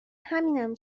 همینم